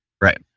Right